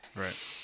Right